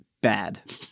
bad